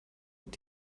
wird